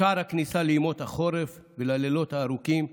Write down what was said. בשער הכניסה לימות החורף והלילות הארוכים,